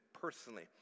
personally